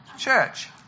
Church